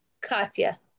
Katya